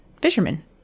fisherman